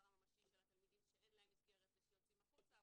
הממשי של התלמידים שאין להם מסגרת ושיוצאים החוצה.